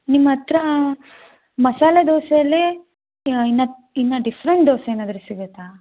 ನಿಮ್ಮ ಹತ್ತಿರ ಮಸಾಲೆ ದೋಸೆಯಲ್ಲೇ ಇನ್ನೂ ಇನ್ನೂ ಡಿಫ್ರೆಂಟ್ ದೋಸೆ ಏನಾದ್ರೂ ಸಿಗುತ್ತಾ